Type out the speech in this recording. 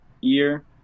year